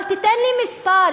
אבל תיתן לי מספר,